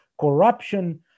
corruption